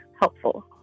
helpful